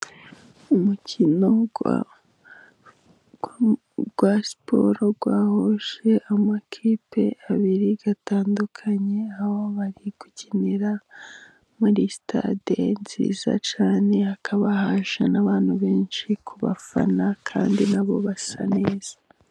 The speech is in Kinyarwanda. Umukino wa siporo wahuje amakipe abiri atandukanye, aho bari gukinira muri sitade nziza cyane hakaba haje n'abantu benshi kubafana kandi nabo basa neza.